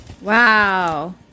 wow